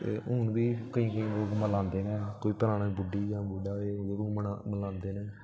ते हून बी केईं केईं लोग मलांदे न कोई पराना बुड्ढी जां बुड्ढा ओह्दे कोला मलांदे ना